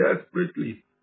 desperately